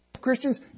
Christians